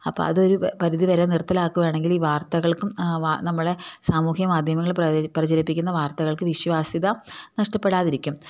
അപ്പം അതൊരു പരിധി വരെ നിർത്തലാക്കുകയാണെങ്കിൽ ഈ വാർത്തകൾക്കും നമ്മളെ സാമൂഹ്യ മാധ്യമങ്ങളിൽ പ്രരിചരിപ്പിക്കുന്ന വാർത്തകൾക്ക് വിശ്വാസ്യത നഷ്ടപ്പെടാതിരിക്കും